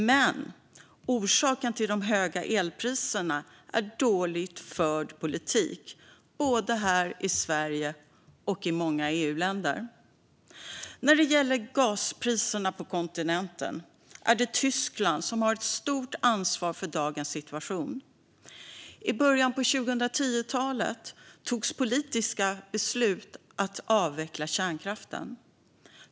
Men orsaken till de höga elpriserna är dåligt förd politik, både här i Sverige och i många EU-länder. När det gäller gaspriser på kontinenten har Tyskland ett stort ansvar för dagens situation. I början av 2010-talet togs politiska beslut om att avveckla kärnkraften.